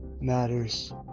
matters